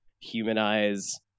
humanize